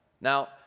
Now